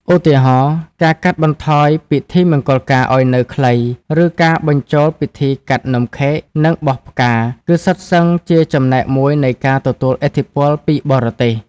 ឧទាហរណ៍ ការកាត់បន្ថយពិធីមង្គលការឱ្យនៅខ្លី ឬការបញ្ចូលពិធីកាត់នំខេក និងបោះផ្កា គឺសុទ្ធសឹងជាចំណែកមួយនៃការទទួលឥទ្ធិពលពីបរទេស។